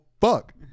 fuck